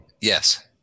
Yes